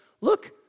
look